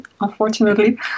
unfortunately